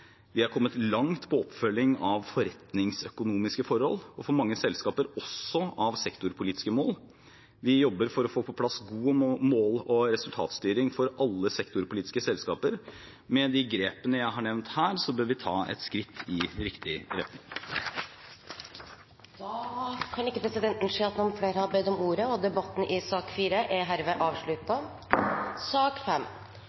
Vi er kommet langt på oppfølging av forretningsøkonomiske forhold, og for mange selskaper også av sektorpolitiske mål. Vi jobber for å få på plass god mål- og resultatstyring for alle sektorpolitiske selskaper. Med de grepene jeg har nevnt her, bør vi ta et skritt i riktig retning. Flere har ikke bedt om ordet til sak nr. 4. Ingen har bedt om ordet. Om to uker er